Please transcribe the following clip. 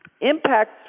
Impacts